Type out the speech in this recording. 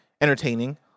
entertaining